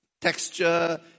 texture